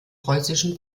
preußischen